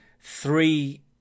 three